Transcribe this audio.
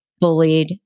bullied